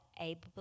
able